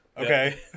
okay